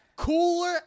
Cooler